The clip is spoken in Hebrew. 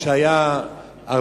כשהיו,